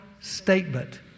statement